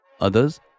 Others